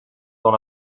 dans